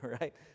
right